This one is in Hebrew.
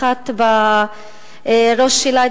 אחת בראש שלה.